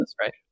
right